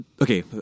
okay